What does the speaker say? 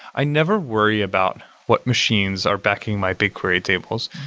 i never worry about what machines are backing my bigquery tables,